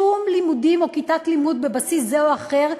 שום לימודים או כיתת לימוד בבסיס זה או אחר,